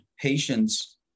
patients